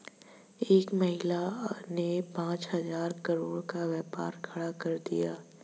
एक महिला ने पांच हजार करोड़ का व्यापार खड़ा कर दिया